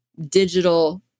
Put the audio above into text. digital